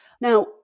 Now